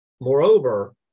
Moreover